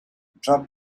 drop